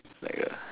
like a